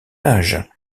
âge